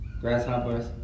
grasshoppers